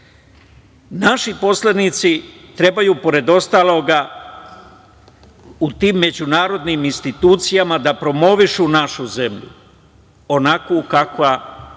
nas. Naši poslanici trebaju pored ostalog u tim međunarodnim institucijama da promovišu našu zemlju, onakvu kakva ona